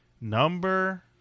Number